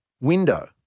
window